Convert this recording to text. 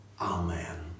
Amen